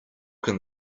can